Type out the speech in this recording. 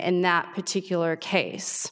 in that particular case